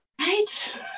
Right